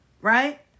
right